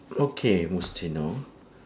okay mustino